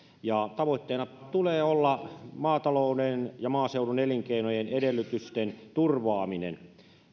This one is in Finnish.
tavoitteena tulee olla maatalouden ja maaseudun elinkeinojen edellytysten turvaaminen